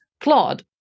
Claude